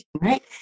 right